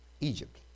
Egypt